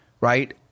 Right